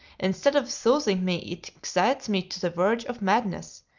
instead of soothing me it excites me to the verge of madness.